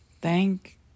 Thank